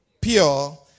Pure